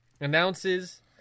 announces